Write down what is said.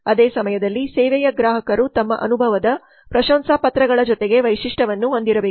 ಅದೇ ಸಮಯದಲ್ಲಿ ಸೇವೆಯ ಗ್ರಾಹಕರು ತಮ್ಮ ಅನುಭವದ ಪ್ರಶಂಸಾಪತ್ರಗಳ ಜೊತೆಗೆ ವೈಶಿಷ್ಟ್ಯವನ್ನು ಹೊಂದಿರಬೇಕು